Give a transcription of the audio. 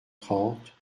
trente